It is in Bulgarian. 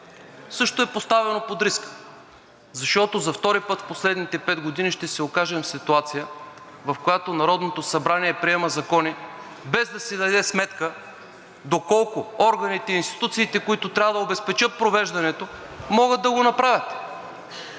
също е поставено под риск, защото за втори път в последните пет години ще се окажем в ситуация, в която Народното събрание приема закони, без да си даде сметка доколко органите и институциите, които трябва да обезпечат провеждането, могат да го направят.